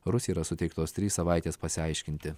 rusijai yra suteiktos trys savaitės pasiaiškinti